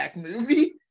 movie